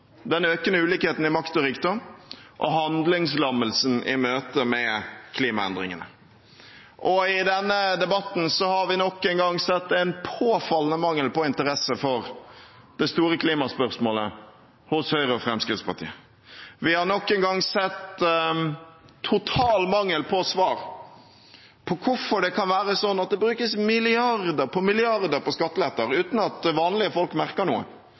den økende ulikheten i makt og rikdom og handlingslammelsen i møte med klimaendringene. I denne debatten har vi nok en gang sett at det er en påfallende mangel på interesse for det store klimaspørsmålet hos Høyre og Fremskrittspartiet. Vi har nok en gang sett total mangel på svar på hvorfor det kan være sånn at det brukes milliarder på milliarder på skatteletter uten at vanlige folk merker noe,